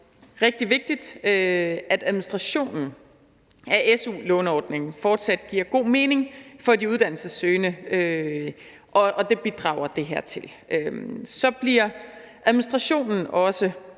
rigtig vigtigt, at administrationen af su-låneordningen fortsat giver god mening for de uddannelsessøgende, og det bidrager det her til. Og så bliver administrationen mere